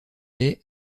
est